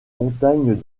montagnes